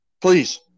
Please